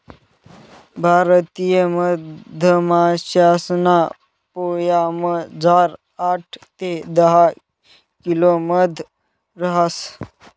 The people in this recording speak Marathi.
भारतीय मधमाशासना पोयामझार आठ ते दहा किलो मध रहास